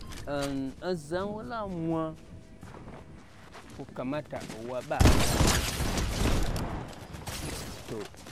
oza nwo la mwa kwo kamata owo ɓo'a mwa che